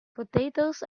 potatoes